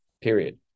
period